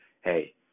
hey